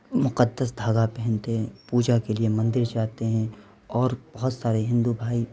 مقدس دھاگہ پہنتے ہیں پوجا کے لیے مندر جاتے ہیں اور بہت سارے ہندو بھائی